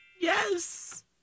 Yes